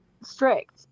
strict